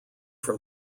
from